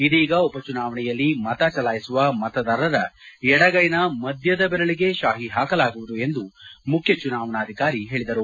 ಇದೀಗ ಉಪಚುನಾವಣೆಯಲ್ಲಿ ಮತ ಚಲಾಯಿಸುವ ಮತದಾರರ ಎಡಗ್ಟೆನ ಮಧ್ಯದ ಬೆರಳಿಗೆ ಶಾಹಿ ಹಾಕಲಾಗುವುದು ಎಂದು ಮುಖ್ಯ ಚುನಾವಣಾಧಿಕಾರಿ ಹೇಳಿದರು